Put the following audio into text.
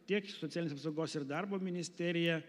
tiek socialinės apsaugos ir darbo ministerija